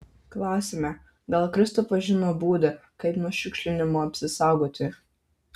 klausiame gal kristupas žino būdą kaip nuo šiukšlinimo apsisaugoti